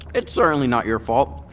it's certainly not your fault.